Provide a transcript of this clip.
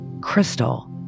Crystal